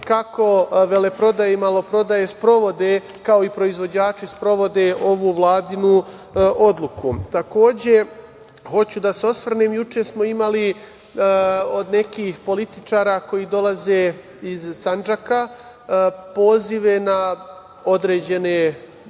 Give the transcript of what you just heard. kako veleprodaja i maloprodaja, kao i proizvođači sprovode ovu vladinu odluku. Takođe, hoću da se osvrnem, juče smo imali od nekih političara koji dolaze iz Sandžaka pozive na određene